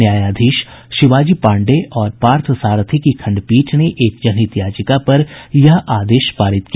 न्यायाधीश शिवाजी पाण्डेय और पार्थ सारथी की खंडपीठ ने एक जनहित याचिका पर यह आदेश पारित किया